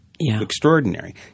Extraordinary